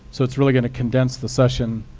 so it's really going to condense the session,